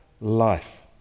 life